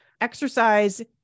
exercise